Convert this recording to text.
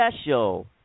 special